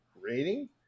rating